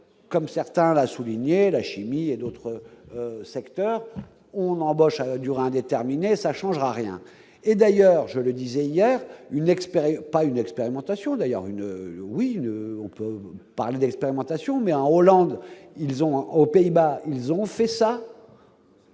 comme certains l'a souligné, la chimie et d'autres secteurs, on embauche à durée indéterminée, ça changera rien et d'ailleurs, je le disais hier une expérience pas une expérimentation d'ailleurs une oui on peut parler d'expérimentation mais en Hollande, ils ont aux Pays-Bas, ils ont fait ça.